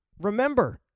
remember